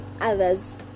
others